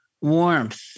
warmth